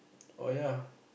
or ya